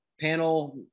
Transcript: panel